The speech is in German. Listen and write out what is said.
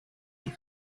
die